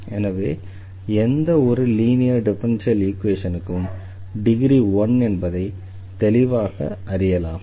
எனவே எந்த ஒரு லீனியர் டிஃபரன்ஷியல் ஈக்வேஷனுக்கும் டிகிரி 1 என்பதை தெளிவாக அறியலாம்